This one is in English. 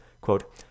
quote